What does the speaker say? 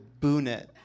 boonet